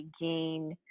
gain